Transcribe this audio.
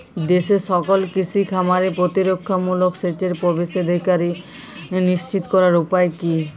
দেশের সকল কৃষি খামারে প্রতিরক্ষামূলক সেচের প্রবেশাধিকার নিশ্চিত করার উপায় কি?